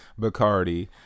Bacardi